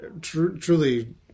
truly